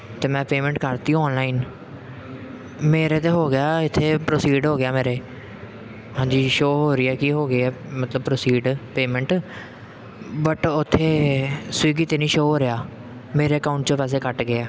ਅਤੇ ਮੈਂ ਪੇਮੈਂਟ ਕਰ ਤੀ ਔਨਲਾਈਨ ਮੇਰੇ ਤਾਂ ਹੋ ਗਿਆ ਇੱਥੇ ਪ੍ਰੋਸੀਡ ਹੋ ਗਿਆ ਮੇਰੇ ਹਾਂਜੀ ਸ਼ੋਅ ਹੋ ਰਹੀ ਹੈ ਕਿ ਹੋ ਗਏ ਹੈ ਮਤਲਬ ਪ੍ਰੋਸੀਡ ਪੇਮੈਂਟ ਬਟ ਉੱਥੇ ਸਵੀਗੀ 'ਤੇ ਨਹੀਂ ਸ਼ੋਅ ਹੋ ਰਿਹਾ ਮੇਰੇ ਅਕਾਉਂਟ 'ਚੋਂ ਪੈਸੇ ਕੱਟ ਗਏ ਹੈ